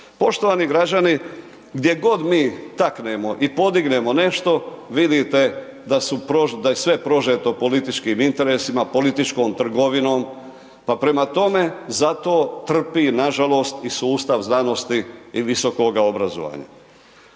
Poštovani građani, gdje god mi taknemo i podignemo nešto vidite da su, da je sve prožeto političkim interesima, politikom trgovinom, pa prema tome, zato trpi, nažalost i sustav znanosti i visokoga obrazovanja.